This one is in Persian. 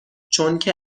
چونکه